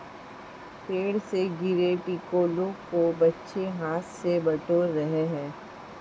पेड़ से गिरे टिकोलों को बच्चे हाथ से बटोर रहे हैं